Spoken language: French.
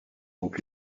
donc